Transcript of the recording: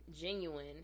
genuine